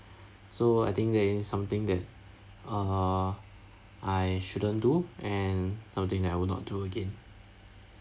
so I think that is something that uh I shouldn't do and something that I will not do again